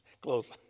Close